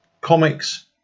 Comics